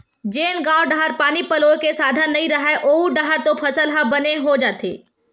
जेन गाँव डाहर पानी पलोए के साधन नइय रहय ओऊ डाहर तो फसल ह बने हो जाथे